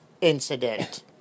incident